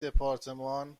دپارتمان